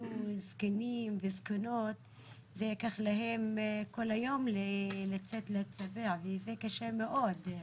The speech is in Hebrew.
זקנים וזקנות לקח להם כל היום לצאת להצביע וזה קשה מאוד.